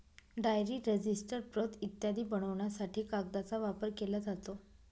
diary, register, प्रत इत्यादी बनवण्यासाठी कागदाचा वापर केला जातो